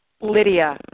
Lydia